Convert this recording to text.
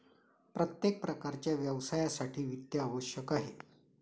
प्रत्येक प्रकारच्या व्यवसायासाठी वित्त आवश्यक आहे